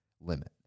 limit